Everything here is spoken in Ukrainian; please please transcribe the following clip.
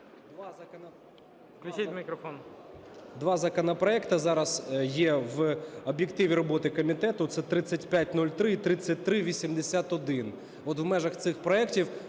Два законопроекти зараз є в об'єктиві роботи комітету, це 3503 і 3381.